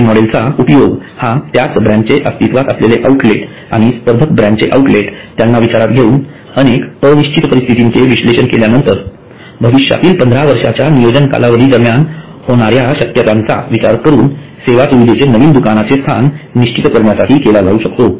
वरील मॉडेलचा उपयोग हा त्याच ब्रँडचे अस्तित्वात असलेले आउटलेट आणि स्पर्धक ब्रँडचे आऊटलेट यांना विचारात घेऊन अनेक अनिश्चित परिस्थितींचे विश्लेषण केल्यानंतर भविष्यातील 15 वर्षांच्या नियोजन कालावधी दरम्यान होण्याची शक्यतांचा विचार करून सेवा सुविधेचे नवीन दुकानाचे स्थान निश्चित करण्यासाठी केला जाऊ शकतो